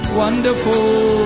wonderful